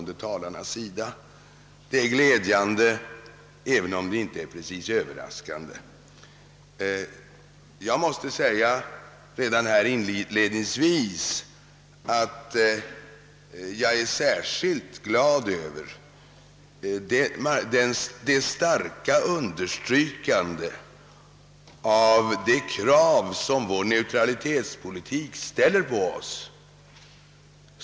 Den uppslutningen är glädjande, även om den inte precis är överraskande. Jag måste redan här inledningsvis säga, att jag är särskilt glad över att herr Hedlund så starkt underströk — herr Ohlin instämde kanske, ehuru i andra ord — de krav som vår neutralitetspolitik ställer på oss.